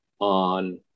on